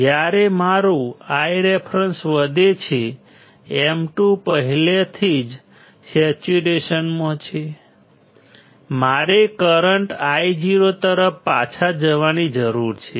જ્યારે મારું Ireference વધે છે M2 પહેલાથી જ સેચ્યુરેશનમાં છે મારે કરંટ Io તરફ પાછા જવાની જરૂર છે